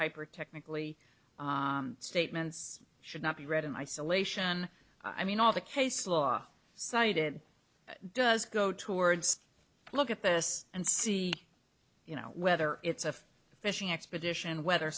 hyper technically statements should not be read in isolation i mean all the case law cited does go towards look at this and see you know whether it's a fishing expedition whether